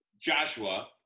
Joshua